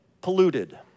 polluted